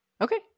Okay